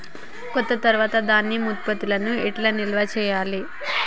కోత తర్వాత ధాన్యం ఉత్పత్తులను ఎట్లా నిల్వ చేయాలి?